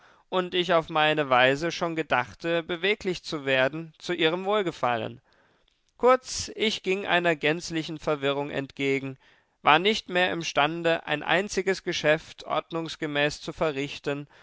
und ich auf meine weise schon gedachte beweglich zu werden zu ihrem wohlgefallen kurz ich ging einer gänzlichen verwirrung entgegen war nicht mehr imstande ein einziges geschäft ordnungsgemäß zu verrichten